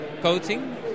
coating